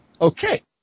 Okay